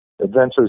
adventures